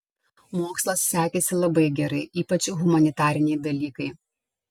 mokslas sekėsi labai gerai ypač humanitariniai dalykai